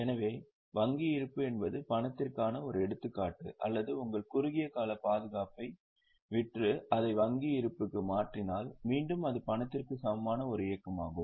எனவே வங்கி இருப்பு என்பது பணத்திற்கான ஒரு எடுத்துக்காட்டு அல்லது உங்கள் குறுகிய கால பாதுகாப்பை விற்று அதை வங்கி இருப்புக்கு மாற்றினால் மீண்டும் அது பணத்திற்கு சமமான ஒரு இயக்கமாகும்